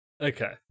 Okay